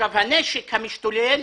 הנשק המשתולל